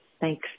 Thanks